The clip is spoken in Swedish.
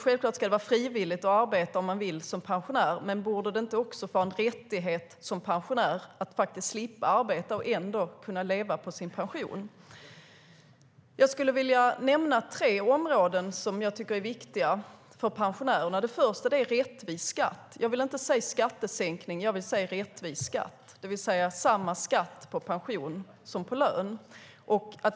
Självklart ska det vara frivilligt att arbeta som pensionär, men borde det inte också vara en rättighet för en pensionär att slippa arbeta och kunna leva på sin pension? Jag skulle vilja nämna tre områden som jag tycker är viktiga för pensionärerna. Det första är rättvis skatt. Jag vill inte säga skattesänkningar, utan rättvis skatt, det vill säga samma skatt på pension som på lön.